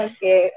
Okay